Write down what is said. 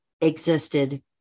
existed